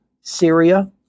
Syria